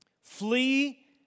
flee